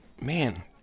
man